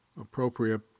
appropriate